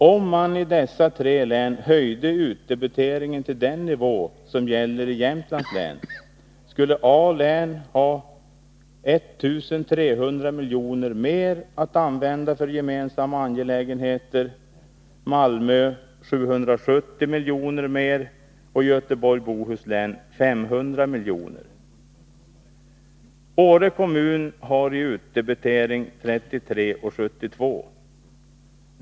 Om man i dessa tre län höjde utdebiteringen till den nivå som gäller i Jämtlands län, skulle A-länet ha 1300 miljoner mer att använda för gemensamma angelägenheter, Malmöhus län 770 miljoner och Göteborgs och Bohus län 500 miljoner mer. Åre kommun har i utdebitering 33:72 kr.